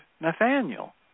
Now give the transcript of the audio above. Nathaniel